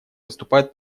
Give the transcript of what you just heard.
выступают